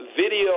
video